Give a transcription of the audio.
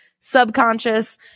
subconscious